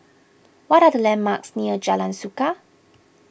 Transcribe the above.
what are the landmarks near Jalan Suka